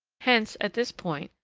hence, at this point,